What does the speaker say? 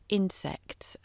insects